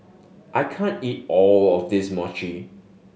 I can't eat all of this Mochi